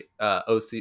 OC